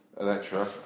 Electra